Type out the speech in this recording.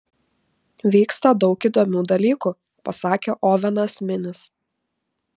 vyksta daug įdomių dalykų pasakė ovenas minis